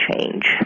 change